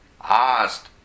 asked